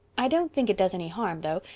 i don't think it does any harm, though,